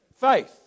Faith